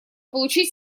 получить